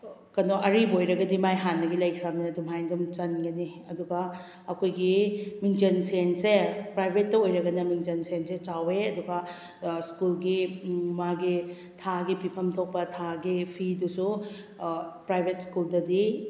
ꯀꯩꯅꯣ ꯑꯔꯤꯕ ꯑꯣꯏꯔꯒꯗꯤ ꯃꯥꯏ ꯍꯥꯟꯅꯒꯤ ꯂꯩꯈ꯭ꯔꯕꯅꯤꯅ ꯑꯗꯨꯃꯥꯏꯅ ꯑꯗꯨꯝ ꯆꯟꯒꯅꯤ ꯑꯗꯨꯒ ꯑꯩꯈꯣꯏꯒꯤ ꯃꯤꯡꯖꯟ ꯁꯦꯟꯁꯦ ꯄ꯭ꯔꯥꯏꯕꯦꯠꯇ ꯑꯣꯏꯔꯒꯅ ꯃꯤꯡꯖꯟ ꯁꯦꯟꯁꯦ ꯆꯥꯎꯋꯦ ꯑꯗꯨꯒ ꯁ꯭ꯀꯨꯜꯒꯤ ꯃꯥꯒꯤ ꯊꯥꯒꯤ ꯄꯤꯐꯝ ꯊꯣꯛꯄ ꯊꯥꯒꯤ ꯐꯤꯗꯨꯁꯨ ꯄ꯭ꯔꯥꯏꯕꯦꯠ ꯁ꯭ꯀꯨꯜꯗꯗꯤ